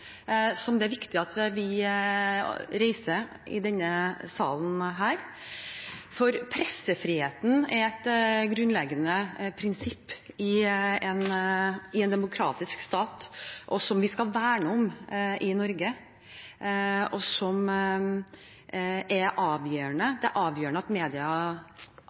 som det er viktig at vi reiser i denne salen. Pressefrihet er et grunnleggende prinsipp i en demokratisk stat, som vi skal verne om i Norge, og som er avgjørende. Det er avgjørende at media